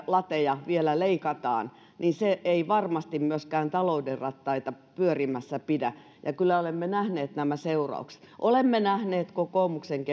lateja vielä leikataan ei varmasti myöskään talouden rattaita pyörimässä pidä ja kyllä olemme nähneet nämä seuraukset olemme nähneet kokoomuksen